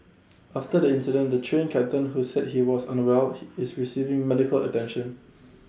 after the incident the Train Captain who said he was on A well he is receiving medical attention